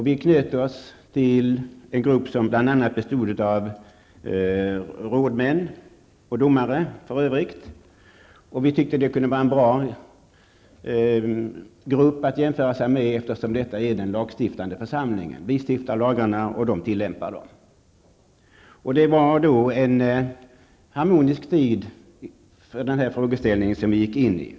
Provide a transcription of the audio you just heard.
Vi anslöt oss till en grupp som bestod av bl.a. rådmän och domare. Det var en bra grupp att jämföra sig med, eftersom riksdagen är den lagstiftande församlingen. Riksdagen stiftar lagarna, och domarna/rådmännen tillämpar dem. Den här lösningen medförde att vi gick in i en harmonisk period.